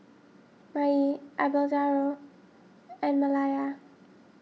Maye Abelardo and Malaya